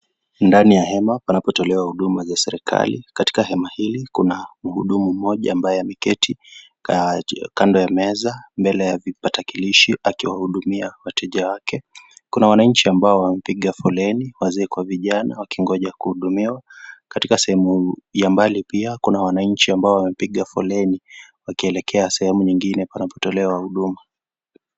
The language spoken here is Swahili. Ndani ya hema panapotolewa huduma za serikali. Katika hema hili kuna muhudumu mmoja mbaye ameketi kando ya meza, mbele ya vitarakilishi akiwahudumia wateja wake. Kuna wananchi ambao wamepiga foleni wazee kwa vijana wakingoja kuhudumiwa. Katika sehemu ya mbali pia kuna wananchi ambao wamepiga foleni wakielekea sehemu nyingine panapotolewa huduma.